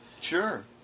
Sure